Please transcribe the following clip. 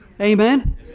Amen